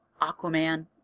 Aquaman